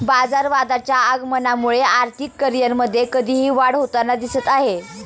बाजारवादाच्या आगमनामुळे आर्थिक करिअरमध्ये कधीही वाढ होताना दिसत आहे